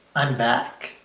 i'm back.